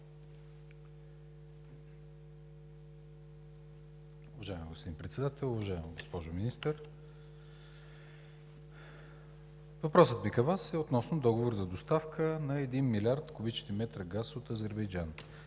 Въпросът ми към Вас е относно договор за доставка на 1 млрд. куб. м газ от Азербайджан.